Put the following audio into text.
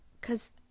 cause